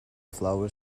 flower